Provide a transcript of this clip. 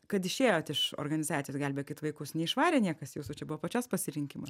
kad išėjot iš organizacijos gelbėkit vaikus neišvarė niekas jūsų čia buvo pačios pasirinkima